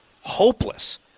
hopeless